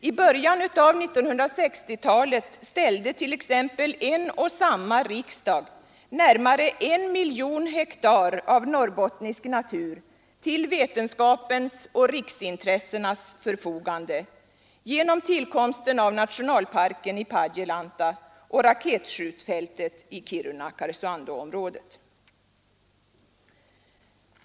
I början av 1960-talet ställde exempelvis en och samma riksdag närmare 1 miljon hektar av norrbottnisk natur till vetenskapens och riksintressenas förfogande genom tillkomsten av nationalparken i Padjelanta och raketskjutfältet i Kiruna—Karesuando-området.